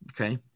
okay